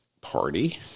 party